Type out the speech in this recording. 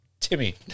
Timmy